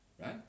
right